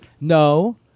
No